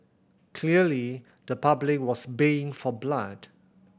clearly the public was baying for blood